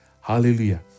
Hallelujah